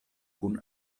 kun